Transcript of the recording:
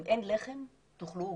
אם אין לחם, תאכלו עוגות.